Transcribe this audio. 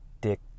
dick